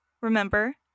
remember